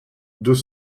deux